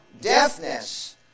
deafness